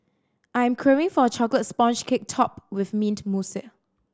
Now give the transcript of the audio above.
I am craving for a chocolate sponge cake topped with mint mousse